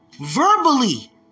verbally